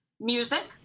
music